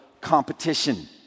competition